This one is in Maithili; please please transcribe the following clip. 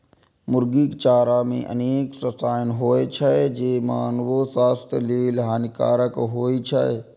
मुर्गीक चारा मे अनेक रसायन होइ छै, जे मानवो स्वास्थ्य लेल हानिकारक होइ छै